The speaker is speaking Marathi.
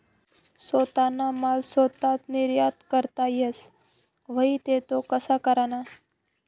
सोताना माल सोताच निर्यात करता येस व्हई ते तो कशा कराना?